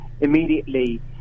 immediately